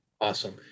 Awesome